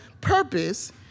purpose